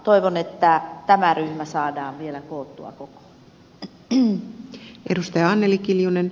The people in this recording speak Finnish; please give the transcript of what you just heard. toivon että tämä ryhmä saadaan vielä koottua kokoon